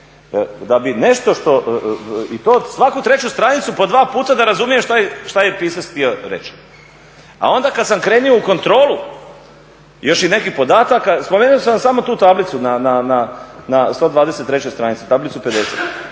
bi nešto i to svaku treću stranicu po dva puta da razumijem šta je pisac htio reći. A onda kada sam krenuo u kontrolu još i nekih podataka, spomenuo sam vam samo tu tablicu na 123.tranici, tablicu 50.